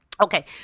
Okay